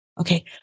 okay